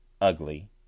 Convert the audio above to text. Ugly